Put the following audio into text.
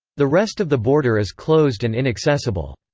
the rest of the border is closed and inaccessible.